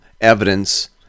evidence